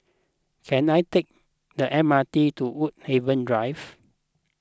can I take the M R T to Woodhaven Drive